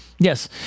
Yes